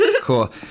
cool